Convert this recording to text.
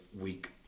week